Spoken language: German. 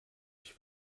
ich